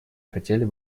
хотели